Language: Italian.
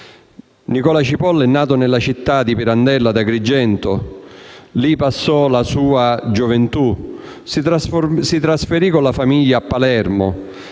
Nicola Cipolla è nato nella città di Pirandello, ad Agrigento, dove passò la sua gioventù. Si trasferì con la famiglia a Palermo,